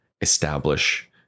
establish